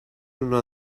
una